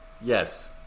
Yes